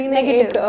negative